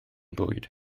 bwyd